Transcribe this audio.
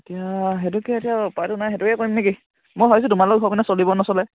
এতিয়া সেইটোকে এতিয়া পাৰোঁ নাই সেইটোৱে কৰিম নেকি মই ভাবিছোঁ তোমালোকৰ ঘৰখনত চলিব নচলে